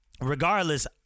regardless